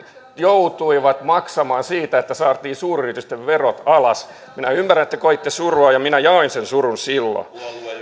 joutuivat maksamaan siitä että saatiin suuryritysten verot alas minä ymmärrän että te koitte surua ja minä jaoin sen surun silloin